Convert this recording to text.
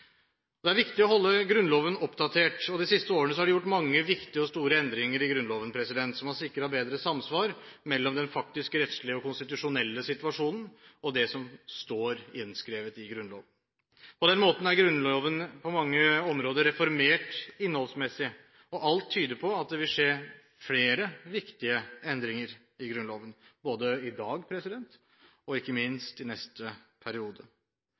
de siste årene er det gjort mange viktige og store endringer i Grunnloven som har sikret bedre samsvar mellom den faktiske rettslige og konstitusjonelle situasjonen, og det som står innskrevet i Grunnloven. På den måten er Grunnloven på mange områder reformert innholdsmessig, og alt tyder på at det vil skje flere viktige endringer i Grunnloven, både i dag og ikke minst i neste periode.